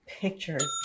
Pictures